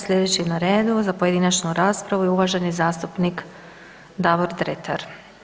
Sljedeći je na redu za pojedinačnu raspravu uvaženi zastupnik Davor Dretar.